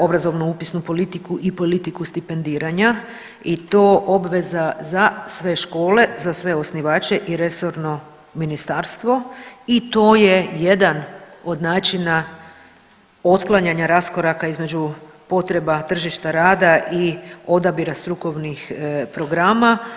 obrazovnu upisnu politiku i politiku stipendiranja i to obveza za sve škole, za sve osnivače i resorno ministarstvo i to je jedan od načina otklanjanja raskoraka između potreba tržišta rada i odabira strukovnih programa.